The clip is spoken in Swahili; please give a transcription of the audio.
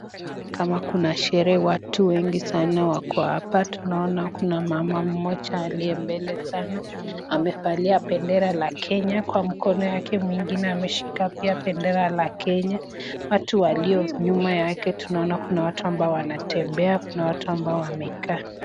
Naona ni kama kuna sherehe, watu wengi sana wako hapo. Tunaona kuna mama mmoja aliye mbele sana, amevalia bendera la Kenya. Kwa mkono yake mwingine ameshika pia bendera la Kenya. Watu walio nyuma yake, tunaona kuna watu ambao wanatembea, kuna watu ambao wamekaa.